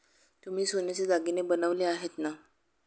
तुम्ही सोन्याचे दागिने बनवले आहेत ना?